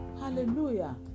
Hallelujah